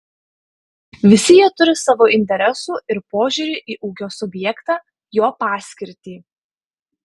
visi jie turi savo interesų ir požiūrį į ūkio subjektą jo paskirtį